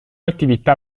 attività